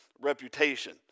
reputation